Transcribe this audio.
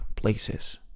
Places